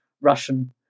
Russian